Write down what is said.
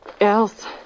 else